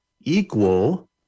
equal